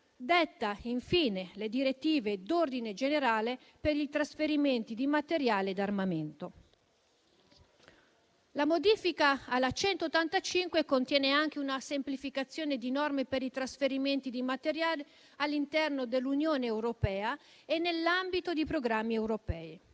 detta infine le direttive d'ordine generale per i trasferimenti di materiale d'armamento. La modifica alla legge n. 185 del 1990 contiene anche una semplificazione di norme per i trasferimenti di materiale all'interno dell'Unione europea e nell'ambito di programmi europei.